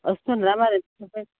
వస్తుంది రావాలి చూద్దాం